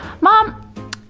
Mom